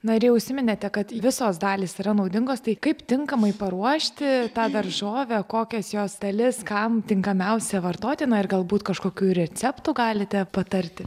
na ir jau užsiminėte kad visos dalys yra naudingos tai kaip tinkamai paruošti tą daržovę kokias jos dalis kam tinkamiausia vartotina ir galbūt kažkokių receptų galite patarti